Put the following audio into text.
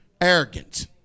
arrogant